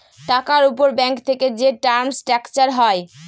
টাকার উপর ব্যাঙ্ক থেকে যে টার্ম স্ট্রাকচার হয়